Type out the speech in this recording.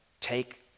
take